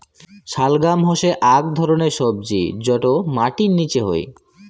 শালগাম হসে আক ধরণের সবজি যটো মাটির নিচে হই